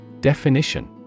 definition